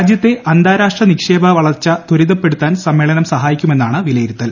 രാജ്യത്തെ അന്താരാഷ്ട്ര നിക്ഷേപക വളർച്ച ത്രിതപ്പെടുത്താൻ സമ്മേളനം സഹായിക്കുമെന്നാണ് വിലയിരുത്തൽ